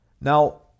Now